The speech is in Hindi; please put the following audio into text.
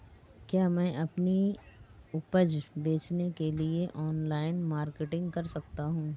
क्या मैं अपनी उपज बेचने के लिए ऑनलाइन मार्केटिंग कर सकता हूँ?